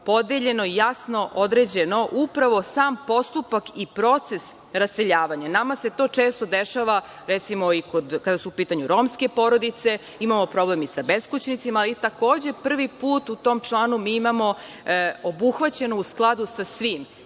podeljeno i jasno određeno upravo sam postupak i proces raseljavanja. Nama se to često dešava, recimo, kada su u pitanju romske porodice, imamo problem i sa beskućnicima, ali, takođe i prvi put u tom članu mi imamo obuhvaćeno u skladu sa svim